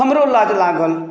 हमरो लाज लागल